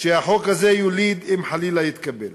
שהחוק הזה יוליד אם חלילה יתקבל.